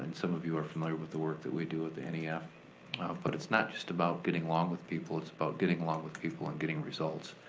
and some of you are familiar with the work that we do at the nef. but it's not just about getting along with people, it's about getting along with people and getting results.